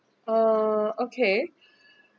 uh okay